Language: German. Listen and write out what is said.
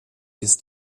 ist